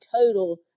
total